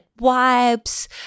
wipes